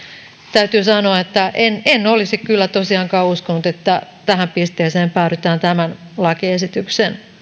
täytyy sanoa että en en olisi kyllä tosiaankaan uskonut että tähän pisteeseen päädytään tämän lakiesityksen